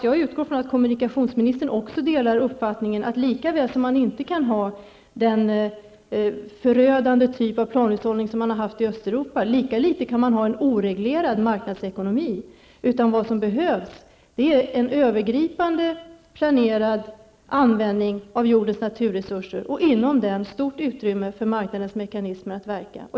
Jag utgår från att kommunikationsministern delar uppfattningen att lika litet som man kan ha den förödande typ av planhushållning som man har haft i Östeuropa, lika litet kan man ha en oreglerad marknadsekonomi. Vad som behövs är en övergripande planerad användning av jordens naturresurser och inom den stort utrymme för marknadens mekanismer att verka.